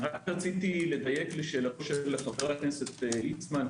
רציתי לדייק לשאלתו של חבר הכנסת ליצמן,